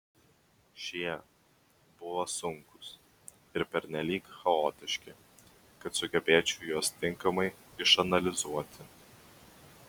šie buvo sunkūs ir pernelyg chaotiški kad sugebėčiau juos tinkamai išanalizuoti